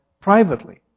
privately